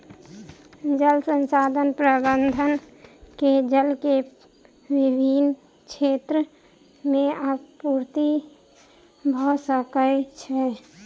जल संसाधन प्रबंधन से जल के विभिन क्षेत्र में आपूर्ति भअ सकै छै